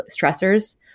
stressors